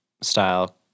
style